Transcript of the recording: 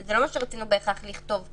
זה לא מה שרצינו בהכרח לכתוב כאן,